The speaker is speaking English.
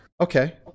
Okay